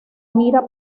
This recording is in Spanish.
mira